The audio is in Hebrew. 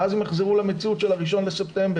ואז הם יחזרו למציאות של ה-1 לספטמבר,